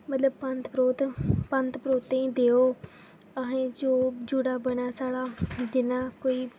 मतलब पंत परोह्त पंत परोह्तें ई देओ अहे्ं जो जुड़ै बनै साढ़ा जि'यां कोई